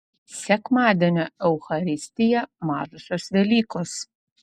sekmadienio eucharistija mažosios velykos